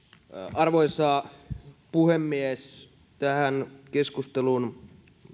arvoisa puhemies tähän keskusteluun